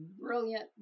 brilliant